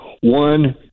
One